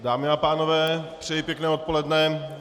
Dámy a pánové, přeji pěkné odpoledne.